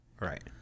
Right